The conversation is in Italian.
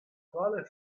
quale